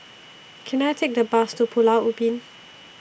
Can I Take A Bus to Pulau Ubin